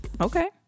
okay